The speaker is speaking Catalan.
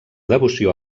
devoció